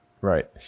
right